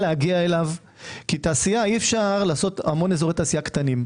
להגיע אליו כי אי אפשר לעשות המון אזורי תעשייה קטנים.